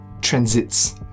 transits